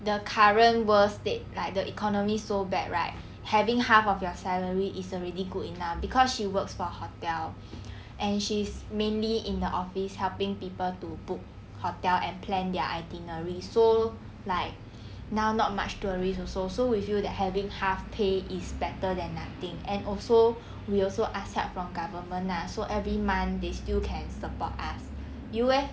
the current world state like the economy so bad right having half of your salary is already good enough cause she works for hotel and she is mainly in the office helping people to book hotel and plan their itinerary so like now not much tourist also so we feel that having half pay is better than nothing and also we also ask help from government lah so every month they still can support us you eh